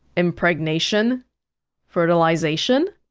impregnation fertilization?